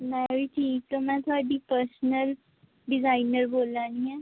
मैं वी ठीक ते मैं थुआढ़ी पर्सनल डिजाइनर बोल्लानी ऐं